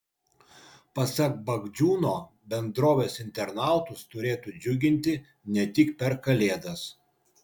pasak bagdžiūno bendrovės internautus turėtų džiuginti ne tik per kalėdas